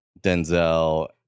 Denzel